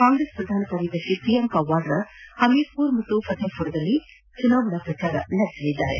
ಕಾಂಗ್ರೆಸ್ ಪ್ರಧಾನ ಕಾರ್ಯದರ್ಶಿ ಪ್ರಿಯಾಂಕ ವಾದ್ರಾ ಹಮೀರ್ ಪುರ ಮತ್ತು ಫತೇಪುರದಲ್ಲಿ ಚುನಾವಣಾ ಪ್ರಚಾರ ನಡೆಸಲಿದ್ದಾರೆ